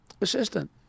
assistant